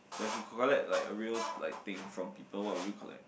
like if you collect like a real like thing from people what would you collect